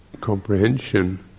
comprehension